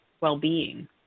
well-being